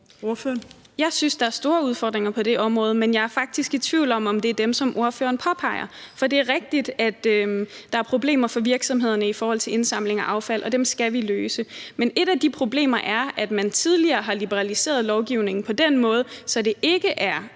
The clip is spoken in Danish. Jeg synes, der er store udfordringer på det område, men jeg er faktisk i tvivl om, om det er dem, som spørgeren påpeger. For det er rigtigt, at der er problemer for virksomhederne i forhold til indsamling af affald, og dem skal vi løse. Men et af de problemer er, at man tidligere har liberaliseret lovgivningen den måde, at det ikke er